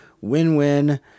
win-win